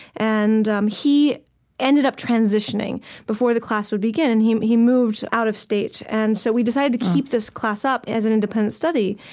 and um he ended up transitioning before the class would begin, and he he moved out of state. and so we decided to keep this class up as an independent study,